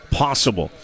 possible